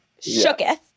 shooketh